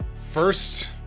first